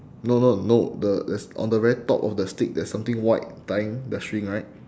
no no no the there's on the very top of the stick there's something white tying the string right